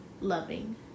loving